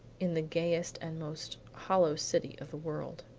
in the gayest and most hollow city of the world.